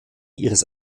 ihres